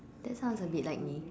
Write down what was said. that sounds a bit like me